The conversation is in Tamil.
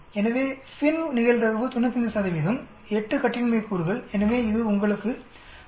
எனவே FINV நிகழ்தகவு 95 8 கட்டின்மை கூறுகள் எனவே இது உங்களுக்கு 3